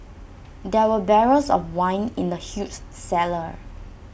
there were barrels of wine in the huge cellar